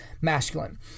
masculine